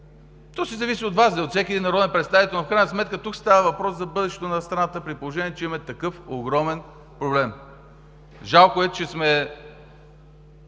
То си зависи от Вас, от всеки един народен представител, но в крайна сметка тук става въпрос за бъдещето на страната, при положение че имаме такъв огромен проблем. Жалко е, че сме…